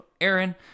Aaron